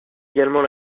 également